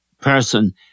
person